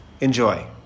Enjoy